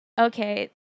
okay